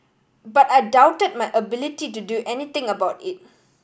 but I doubted my ability to do anything about it